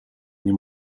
nie